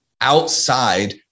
outside